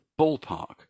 ballpark